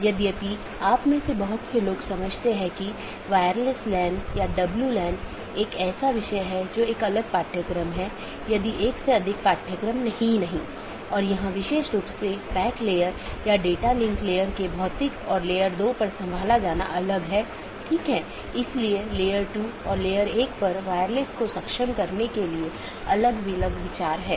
यदि आप पिछले लेक्चरों को याद करें तो हमने दो चीजों पर चर्चा की थी एक इंटीरियर राउटिंग प्रोटोकॉल जो ऑटॉनमस सिस्टमों के भीतर हैं और दूसरा बाहरी राउटिंग प्रोटोकॉल जो दो या उससे अधिक ऑटॉनमस सिस्टमो के बीच है